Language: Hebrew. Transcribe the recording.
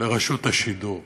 לרשות השידור.